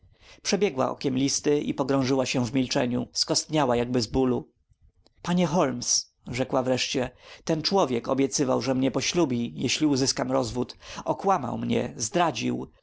przebiegła okiem listy i pogrążyła się w milczeniu skostniała jakby z bólu panie holmes rzekła wreszcie ten człowiek obiecywał że mnie poślubi jeśli uzyskam rozwód okłamał mnie zdradził